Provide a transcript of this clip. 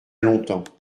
longtemps